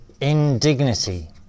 indignity